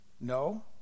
No